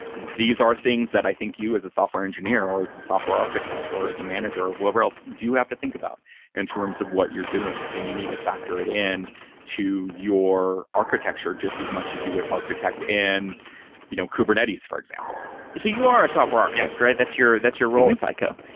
these are things that i think you as a software engineer or as a software architect or as a manager or whoever else do have to think about in terms of what you're doing, and you need to factor it in to your architecture just as much as you would architect in you know kubernetes, for example so you are a software architect, right? that's your that's your role at fico.